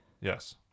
Yes